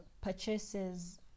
purchases